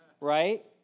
right